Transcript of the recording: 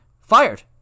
fired